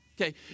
Okay